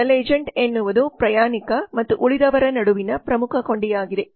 travel agent ಎನ್ನುವುದು ಪ್ರಯಾಣಿಕ ಮತ್ತು ಉಳಿದವರ ನಡುವಿನ ಪ್ರಮುಖ ಕೊಂಡಿಯಾಗಿದೆ